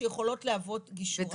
שיכולות להוות גישור.